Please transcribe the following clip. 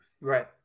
Right